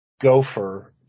Gopher